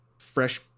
fresh